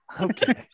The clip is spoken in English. Okay